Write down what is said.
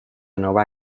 nueva